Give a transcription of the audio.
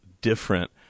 different